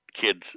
kids